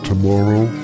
Tomorrow